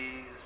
Please